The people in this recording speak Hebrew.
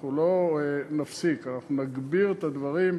אנחנו לא נפסיק, אנחנו נגביר את הדברים.